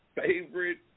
favorite